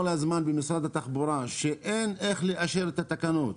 הזמן במשרד התחבורה שאין איך לאשר את התקנות,